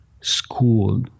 school